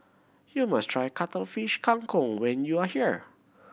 you must try Cuttlefish Kang Kong when you are here